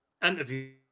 interview